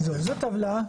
זאת טבלה.